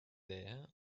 there